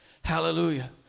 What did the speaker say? Hallelujah